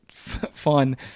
fun